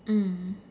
mm